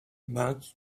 but